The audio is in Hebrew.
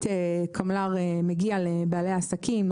קמל"ר מגיע לבעלי העסקים,